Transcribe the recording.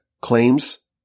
claims